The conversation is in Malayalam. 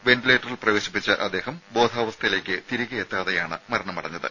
വെന്റിലേറ്ററിൽ പ്രവേശിപ്പിച്ച അദ്ദേഹം ബോധാവസ്ഥയിലേക്ക് തിരികെയെത്താതെയാണ് മരണമടഞ്ഞത്